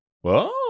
whoa